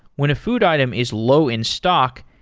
when a food item is low in stock,